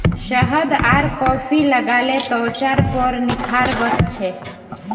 शहद आर कॉफी लगाले त्वचार पर निखार वस छे